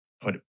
put